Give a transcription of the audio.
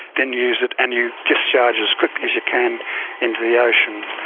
then use it, and you discharge as quickly as you can into the ocean,